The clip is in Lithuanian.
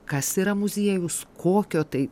kas yra muziejus kokio tai